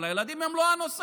אבל הילדים הם לא הנושא.